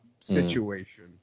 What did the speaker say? situation